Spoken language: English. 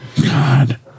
God